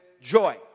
joy